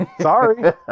Sorry